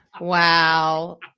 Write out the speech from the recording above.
Wow